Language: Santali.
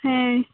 ᱦᱮᱸ